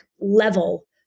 level